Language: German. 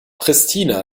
pristina